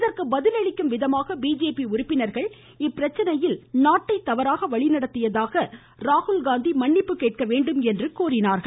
இதற்கு பதில் அளிக்கும் விதமாக பிஜேபி உறுப்பினர்கள் இப்பிரச்சனையில் நாட்டை தவறாக வழிநடத்திய ராகுல்காந்தி மன்னிப்பு கேட்க வேண்டும் என்று கூறினார்கள்